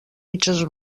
mitges